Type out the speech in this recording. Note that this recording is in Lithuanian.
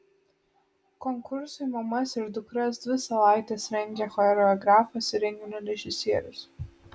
konkursui mamas ir dukras dvi savaites rengė choreografas ir renginio režisierius